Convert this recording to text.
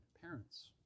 parents